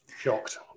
Shocked